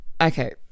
Okay